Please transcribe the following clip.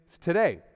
today